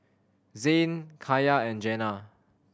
Zayne Kaia and Jenna